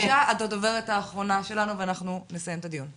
את הדוברת האחרונה שלנו ואנחנו נסיים את הדיון.